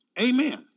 amen